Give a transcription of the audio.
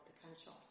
potential